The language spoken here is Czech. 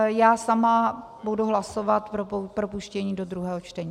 Já sama budu hlasovat pro propuštění do druhého čtení.